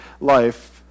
life